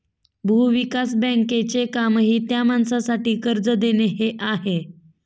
भूविकास बँकेचे कामही त्या माणसासाठी कर्ज देणे हे आहे